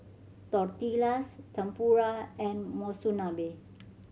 Tortillas Tempura and Monsunabe